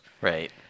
Right